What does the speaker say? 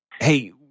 hey